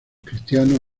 cristianos